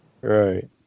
right